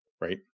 right